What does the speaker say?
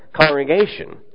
congregation